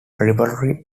rivalry